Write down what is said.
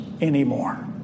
anymore